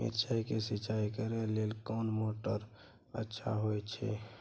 मिर्चाय के सिंचाई करे लेल कोन मोटर अच्छा होय छै?